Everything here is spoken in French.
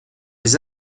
les